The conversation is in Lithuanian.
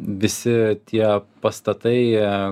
visi tie pastatai jie